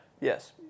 yes